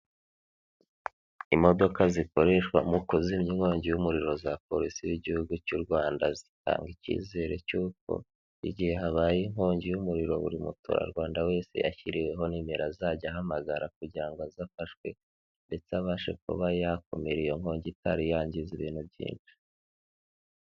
Imodoka zikoreshwa mu kuzimya inkongi y'umuriro za polisi y'igihugu cy'u Rwanda, zitanga icyizere cy'uko igihe habaye inkongi y'umuriro buri muturarwanda wese yashyiriweho nimero azajya ahamagara kugira ngo aze afashwe ndetse abashe kuba yakumira iyo nkongi itari yangiza ibintu byinshi.